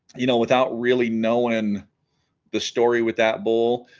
you know without really knowing the story with that bull